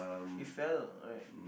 it fell right